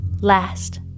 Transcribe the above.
Last